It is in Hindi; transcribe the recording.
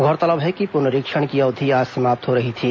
गौरतलब है कि पुनरीक्षण की अवधि आज समाप्त हो रही थी